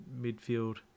midfield